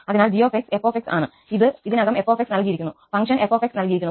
അതിനാൽ 𝑔 𝑥 𝑓 𝑥 ആണ് ഇത് ഇതിനകം f നൽകിയിരിക്കുന്നു ഫംഗ്ഷൻ 𝑓𝑥 നൽകിയിരിക്കുന്നു